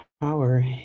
power